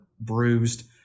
bruised